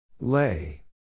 Lay